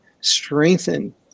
strengthen